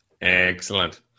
Excellent